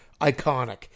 Iconic